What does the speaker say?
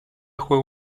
juega